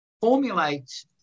formulate